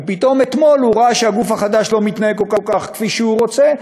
ופתאום אתמול הוא ראה שהגוף החדש לא מתנהל כל כך כפי שהוא רוצה,